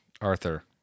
Arthur